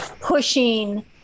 pushing